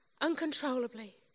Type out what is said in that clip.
uncontrollably